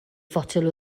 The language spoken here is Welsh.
fotel